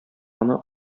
гына